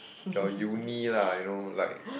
your uni lah you know like